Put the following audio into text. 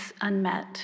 unmet